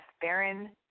Baron